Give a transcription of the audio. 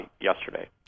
yesterday